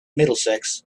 middlesex